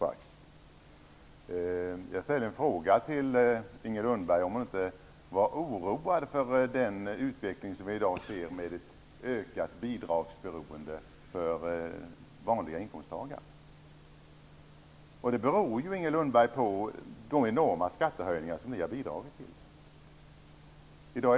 Jag frågade Inger Lundberg om hon inte kände oro för den utveckling som vi i dag ser med ett ökat bidragsberoende för vanliga inkomsttagare. Detta beror ju, Inger Lundberg, på de enorma skattehöjningar som ni har bidragit till.